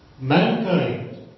Mankind